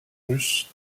russe